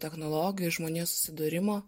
technologijų ir žmonijos susidūrimo